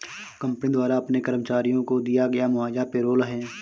company द्वारा अपने कर्मचारियों को दिया गया मुआवजा पेरोल है